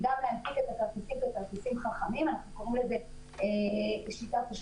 זה גם קשור למה שאתה דיברת.